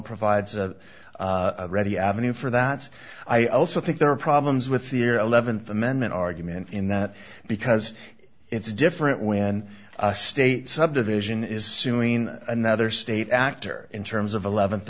provides a ready avenue for that i also think there are problems with year eleven for amendment argument in not because it's different when a state subdivision is suing another state actor in terms of eleventh